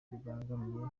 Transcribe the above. bibangamiye